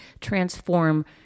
transform